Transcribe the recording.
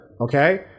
Okay